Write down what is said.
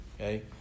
okay